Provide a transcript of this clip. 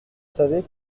savait